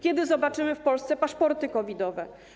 Kiedy zobaczymy w Polsce paszporty COVID-owe?